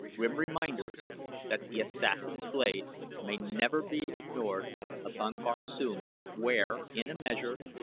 grim reminders that the assassin's blade may never be ignored upon barsoom, where, in a measure,